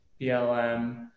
BLM